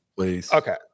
Okay